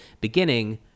beginning